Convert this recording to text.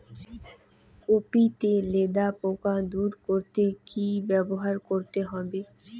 Copy তে লেদা পোকা দূর করতে কি ব্যবহার করতে হবে?